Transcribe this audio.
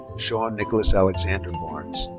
rashaun nicholas alexander barnes.